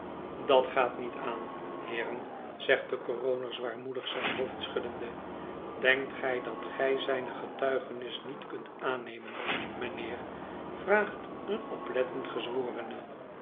dat gaat niet aan heeren zegt decoroner zwaarmoedig zijn hoofd schuddende denkt gij dat gij zijne getuigenis niet kunt aannemen mijnheer vraagt een oplettend gezworene